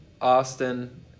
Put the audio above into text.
Austin